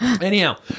Anyhow